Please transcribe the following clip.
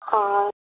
हां